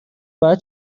باید